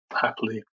happily